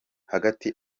hagati